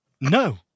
no